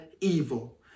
evil